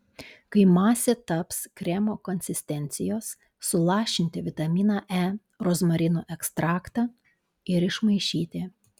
kai masė taps kremo konsistencijos sulašinti vitaminą e rozmarinų ekstraktą ir išmaišyti